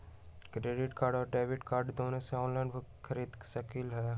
Credit card और debit card दोनों से ऑनलाइन खरीद सकली ह?